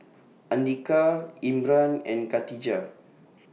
Andika Imran and Khatijah